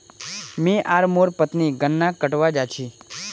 मी आर मोर पत्नी गन्ना कटवा जा छी